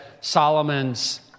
Solomon's